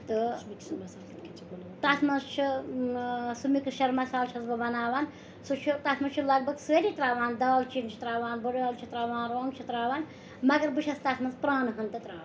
تہٕ تَتھ منٛز چھِ سُہ مِکسچَر مَسالہٕ چھَس بہٕ بَناوان سُہ چھُ تَتھ منٛز چھُ لَگ بَگ سٲری ترٛاوان دالچیٖن چھِ ترٛاوان بٔڑٲل چھِ ترٛاوان رۄنٛگ چھِ ترٛاوان مگر بہٕ چھَس تَتھ منٛز پرٛانہٕ ہٕن تہِ ترٛاوان